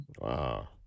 Wow